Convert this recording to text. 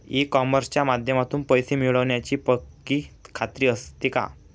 E कॉमर्सच्या माध्यमातून पैसे मिळण्याची पक्की खात्री असते का?